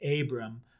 Abram